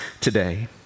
today